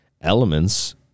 elements